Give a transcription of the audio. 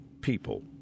people